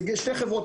זה שתי חברות,